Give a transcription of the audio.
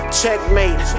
checkmate